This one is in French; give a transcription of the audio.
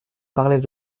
parlaient